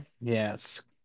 Yes